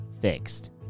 fixed